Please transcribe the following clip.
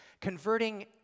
converting